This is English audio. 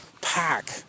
pack